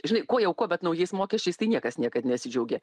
žinai ko jau ko bet naujais mokesčiais tai niekas niekad nesidžiaugė